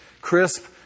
crisp